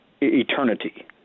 eternity